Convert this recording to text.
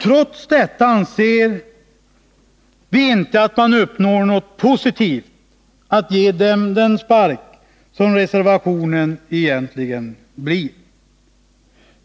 Trots detta anser vi att man inte uppnår något positivt genom att ge dem den spark som reservationen egentligen blir.